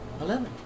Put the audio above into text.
Eleven